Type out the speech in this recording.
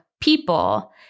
people